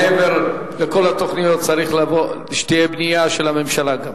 מעבר לכל התוכניות צריך שתהיה גם בנייה של הממשלה.